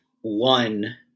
one